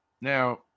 Now